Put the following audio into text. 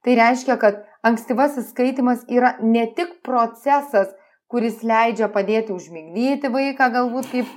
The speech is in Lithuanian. tai reiškia kad ankstyvasis skaitymas yra ne tik procesas kuris leidžia padėti užmigdyti vaiką galbūt kaip